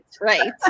Right